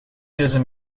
deze